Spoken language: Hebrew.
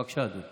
בבקשה, אדוני.